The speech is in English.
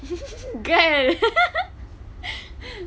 girl